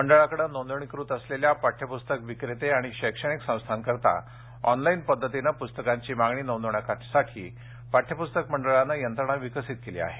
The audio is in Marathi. मंडळाकडे नोंदणीकृत असलेल्या पाठ्यपुस्तक विक्रेत आणि शैक्षणिक संस्थांकरिता ऑनलाइन पद्धतीने पुस्तकांची मागणी नोंदविण्या करीता पाठ्यपुस्ताक मंडळाने यंत्रणा विकसित केली आहे